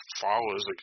followers